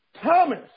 Thomas